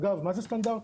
אגב, מה זה סטנדרטי?